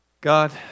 God